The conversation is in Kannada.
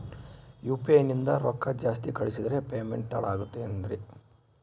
ಯು.ಪಿ.ಐ ನಿಂದ ರೊಕ್ಕ ಜಾಸ್ತಿ ಕಳಿಸಿದರೆ ಪೇಮೆಂಟ್ ತಡ ಆಗುತ್ತದೆ ಎನ್ರಿ?